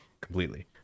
Completely